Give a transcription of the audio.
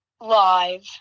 live